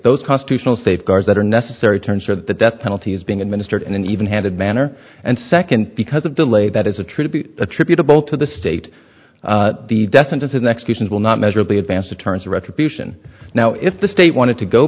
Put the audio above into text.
those constitutional safeguards that are necessary terms for the death penalty is being administered in an even handed manner and second because of delay that is a tribute attributable to the state the death sentence in executions will not measurably advance deterrence retribution now if the state wanted to go